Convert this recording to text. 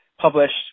published